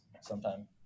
sometime